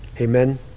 Amen